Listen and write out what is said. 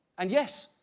and yes,